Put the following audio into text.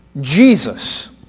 Jesus